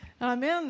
Amen